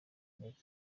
intege